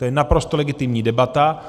To je naprosto legitimní debata.